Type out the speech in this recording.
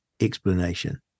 explanation